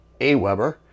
Aweber